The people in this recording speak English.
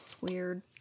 Weird